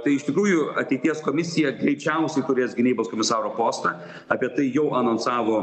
tai iš tikrųjų ateities komisija greičiausiai turės gynybos komisaro postą apie tai jau anonsavo